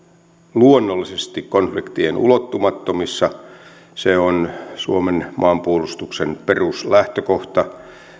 luonnollisesti konfliktien ulottumattomissa se on suomen maanpuolustuksen peruslähtökohta